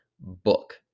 book